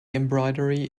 embroidery